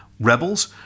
Rebels